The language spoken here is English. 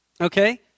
Okay